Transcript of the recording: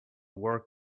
work